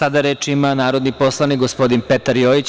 Sada reč ima narodni poslanik, gospodin Petar Jojić.